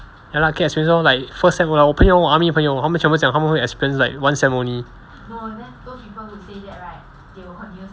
ya lah get experience lor like first sem 我朋友 army 的朋友他们全部讲他们会 experience like one sem only